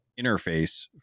interface